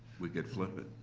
we could flip it.